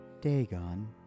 Dagon